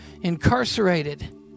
incarcerated